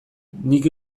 nik